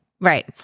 Right